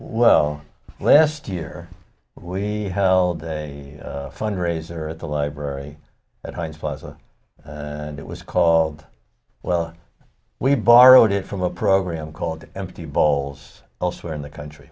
well last year we held a fundraiser at the library at heinz plaza and it was called well we borrowed it from a program called empty bowls elsewhere in the country